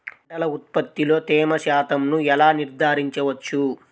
పంటల ఉత్పత్తిలో తేమ శాతంను ఎలా నిర్ధారించవచ్చు?